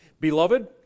Beloved